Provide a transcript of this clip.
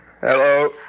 Hello